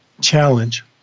challenge